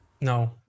No